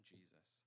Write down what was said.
Jesus